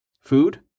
Food